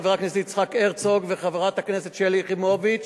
חבר הכנסת יצחק הרצוג וחברת הכנסת שלי יחימוביץ?